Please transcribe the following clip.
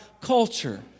culture